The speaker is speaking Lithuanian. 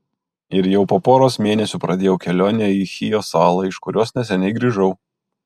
ir jau po poros mėnesių pradėjau kelionę į chijo salą iš kurios neseniai grįžau